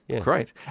great